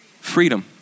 Freedom